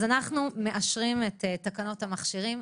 אנחנו מאשרים את תקנות המכשירים.